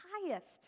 highest